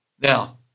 Now